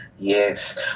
Yes